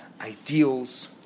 ideals